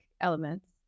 elements